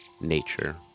nature